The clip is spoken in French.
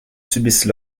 subissent